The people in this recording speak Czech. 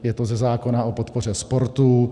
Je to ze zákona o podpoře sportu.